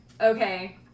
okay